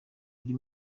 buri